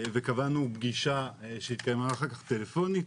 וקבענו פגישה שהתקיימה אחר כך טלפונית,